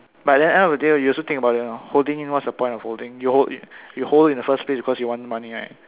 but then end of the day you also think about it lor holding it what's the point of holding you hold you hold in the first place because you want money right